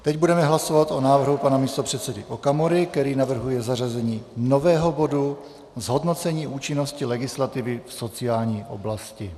Teď budeme hlasovat o návrhu pana místopředsedy Okamury, který navrhuje zařazení nového bodu Zhodnocení účinnosti legislativy v sociální oblasti.